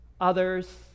others